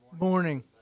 Morning